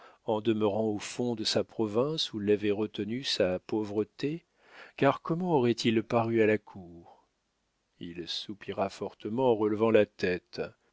en demeurant au fond de sa province où l'avait retenu sa pauvreté car comment aurait-il paru à la cour il soupira fortement en relevant la tête